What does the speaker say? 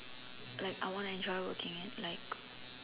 like I wanna enjoy working at like